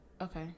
Okay